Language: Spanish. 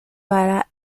para